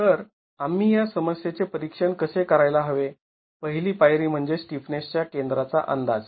तर आम्ही या समस्येचे परीक्षण कसे करायला हवे पहिली पायरी म्हणजे स्टिफनेस च्या केंद्राचा अंदाज